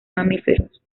mamíferos